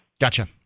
Gotcha